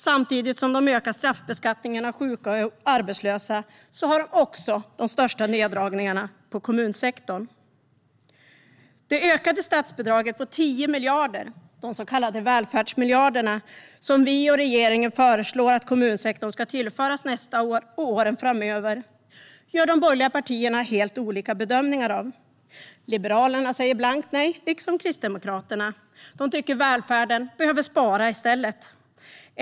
Samtidigt som de ökar straffbeskattningen av sjuka och arbetslösa har de också de största neddragningarna i kommunsektorn. Det ökade statsbidraget på 10 miljarder, de så kallade välfärdsmiljarderna, som vi och regeringen föreslår att kommunsektorn ska tillföras nästa år och åren framöver gör de borgerliga partierna helt olika bedömningar av. Liberalerna säger blankt nej, liksom Kristdemokraterna. De tycker att välfärden behöver spara i stället.